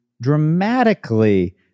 dramatically